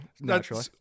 naturally